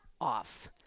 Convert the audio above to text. off